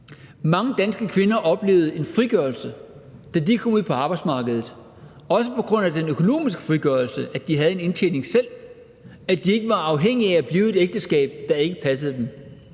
Mange danske kvinder oplevede en frigørelse, da de kom ud på arbejdsmarkedet, også på grund af den økonomiske frigørelse, at de havde en indtjening selv, at de ikke var afhængige af at blive i et ægteskab, der ikke passede dem.